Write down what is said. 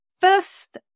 first